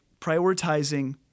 prioritizing